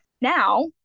Now